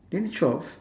they need twelve